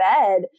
bed